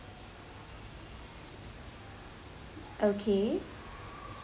okay